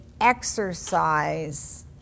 exercise